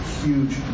huge